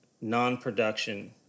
non-production